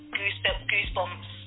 goosebumps